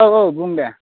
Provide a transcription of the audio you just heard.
औ औ बुं दे